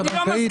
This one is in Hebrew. אני לא מסכים.